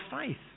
faith